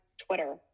Twitter